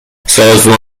سازمان